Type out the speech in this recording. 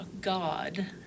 God